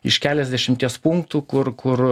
iš keliasdešimties punktų kur kur